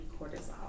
cortisol